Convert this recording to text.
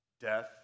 Death